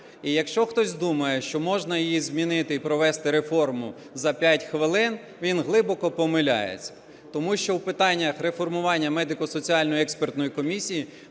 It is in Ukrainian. І якщо хтось думає, що можна її змінити і провести реформу за 5 хвилин, він глибоко помиляється, тому що у питаннях реформування